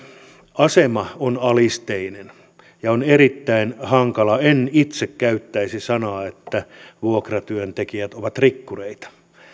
asema on alisteinen ja on erittäin hankala en itse käyttäisi sanaa että vuokratyöntekijät ovat rikkureita